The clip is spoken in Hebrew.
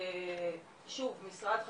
משרד חקלאות,